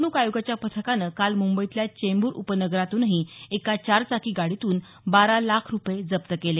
निवडणूक आयोगाच्या पथकानं काल मुंबईतल्या चेंबूर उपनगरातूनही एका चारचाकी गाडीतून बारा लाख रूपये जप्त केले